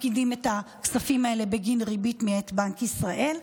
מפקידים את הכספים האלה בגין ריבית מאת בנק ישראל.